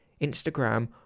Instagram